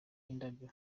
indabyo